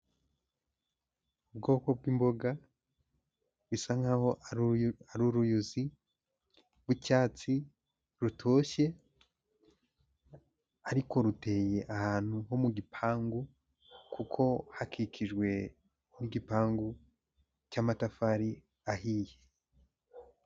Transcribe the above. Ubwoko bw'imboga bisa nkaho ari uruyuzi rw'icyatsi rutoshye, ariko ruteye ahantu ho mu gipangu kuko hakikijwe n'igipangu cy'amatafari ahiye.